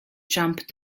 jump